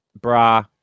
bra